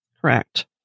Correct